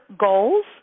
goals